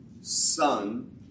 son